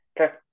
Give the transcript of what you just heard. okay